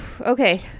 Okay